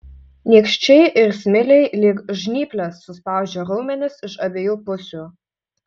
nykščiai ir smiliai lyg žnyplės suspaudžia raumenis iš abiejų pusių